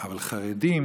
אבל חרדים,